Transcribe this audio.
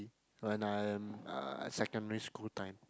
when I'm uh secondary school time